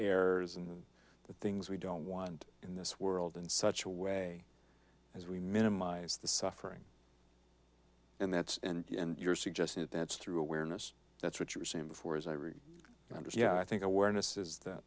errors and the things we don't want in this world in such a way as we minimize the suffering and that's and you're suggesting that that's through awareness that's what you're saying before as i read hundred yard think awareness is that